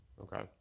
Okay